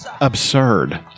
absurd